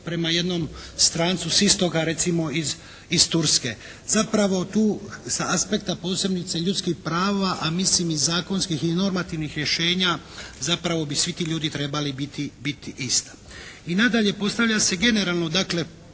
prema jednom strancu s istoka. Recimo iz Turske. Zapravo tu sa aspekta posebice ljudskih prava, a mislim i zakonskih i normativnih rješenja zapravo bi svi ti ljudi trebali biti, biti isti. I nadalje postavlja se generalno dakle